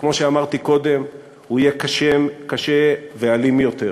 וכמו שאמרתי קודם, הוא יהיה קשה ואלים יותר.